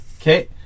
Okay